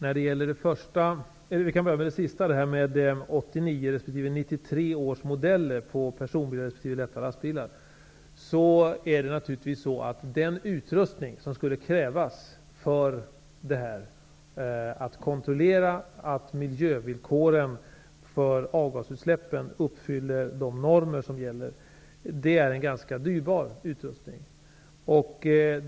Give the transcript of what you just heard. Herr talman! Vi kan börja med den sista frågan. Den som gällde 89-års och 93-års modeller på personbilar resp. lätta lastbilar. Den utrustning som krävs för att kontrollera att miljövillkoren för avgasutsläppen uppfyller de normer som gäller är ganska dyrbar.